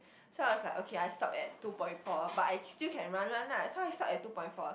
so I was like okay I stop at two point four but I still can run one lah so I stop at two point four